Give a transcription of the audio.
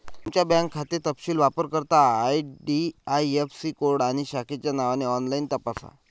तुमचा बँक खाते तपशील वापरकर्ता आई.डी.आई.ऍफ़.सी कोड आणि शाखेच्या नावाने ऑनलाइन तपासा